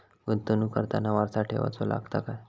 गुंतवणूक करताना वारसा ठेवचो लागता काय?